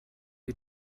you